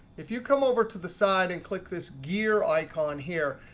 if you come over to the side and click this gear icon here,